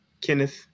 Kenneth